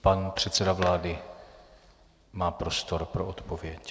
Pan předseda vlády má prostor pro odpověď.